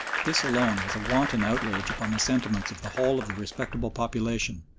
this alone was a wanton outrage upon the sentiments of the whole of the respectable population,